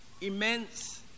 immense